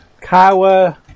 cower